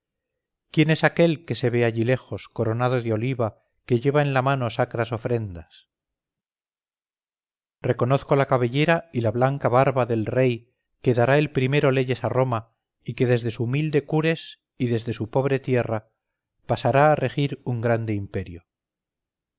quién es aquel que se ve allí lejos coronado de oliva que lleva en la mano sacras ofrendas reconozco la cabellera y la blanca barba del rey que dará el primero leyes a roma y que desde su humilde cures y desde su pobre tierra pasará a regir un grande imperio